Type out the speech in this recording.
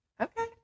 Okay